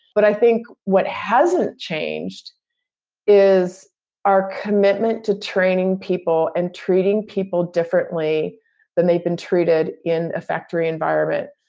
but i think what hasn't changed is our commitment to training people and treating people differently than they've been treated in a factory environment.